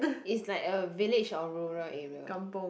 is like a village of rural area